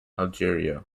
algeria